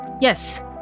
Yes